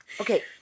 Okay